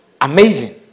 amazing